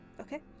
okay